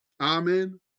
Amen